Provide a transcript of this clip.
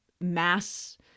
mass